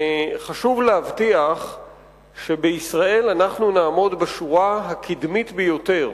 וחשוב להבטיח שבישראל אנחנו נעמוד בשורה הקדמית ביותר